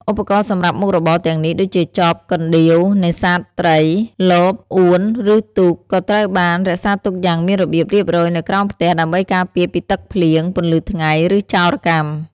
ឧបករណ៍សម្រាប់មុខរបរទាំងនេះ ដូចជា ចប កណ្ដៀវ នេសាទត្រី លប អួន ឬទូក ក៏ត្រូវបាន រក្សាទុកយ៉ាងមានរបៀបរៀបរយនៅក្រោមផ្ទះ ដើម្បីការពារពីទឹកភ្លៀង ពន្លឺថ្ងៃ ឬចោរកម្ម ។